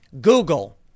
Google